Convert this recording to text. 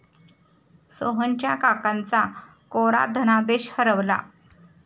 सोहनच्या काकांचा कोरा धनादेश हरवला